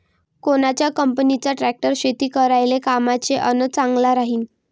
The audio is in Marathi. कोनच्या कंपनीचा ट्रॅक्टर शेती करायले कामाचे अन चांगला राहीनं?